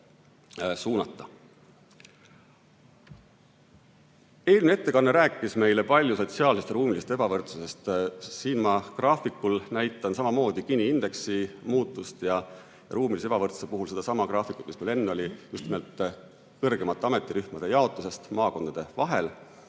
Eelmine ettekanne rääkis meile palju sotsiaalsest ja ruumilisest ebavõrdsusest. Siin graafikul on samamoodi Gini indeksi muutus ja ruumilise ebavõrdsuse puhul näitan sedasama graafikut, mis meil enne oli, just nimelt kõrgemate ametirühmade jaotuse kohta maakondade vahel.